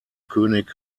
könig